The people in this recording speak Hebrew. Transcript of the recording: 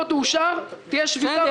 נעשה סלקציה בכל העברות שיהיו פה עכשיו.